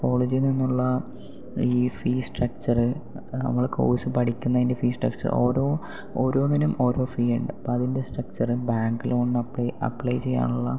കോളേജിൽ നിന്നുള്ള ഈ ഫീ സ്ട്രക്ച്ചർ നമ്മൾ കോഴ്സ് പഠിക്കുന്നതിൻ്റെ ഫീ സ്ട്രക്ചർ ഓരോ ഓരോന്നിനും ഓരോ ഫീ ഉണ്ട് അപ്പം അതിൻ്റെ സ്ട്രക്ചർ ബാങ്ക് ലോണിന് അപ്ലൈ അപ്ലൈ ചെയ്യാനുള്ള